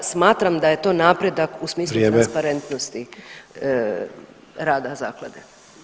Smatram da je to napredak u smislu transparentnosti [[Upadica Sanader: Vrijeme.]] rada zaklade.